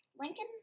Lincoln